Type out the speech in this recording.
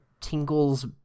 Tingle's